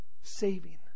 saving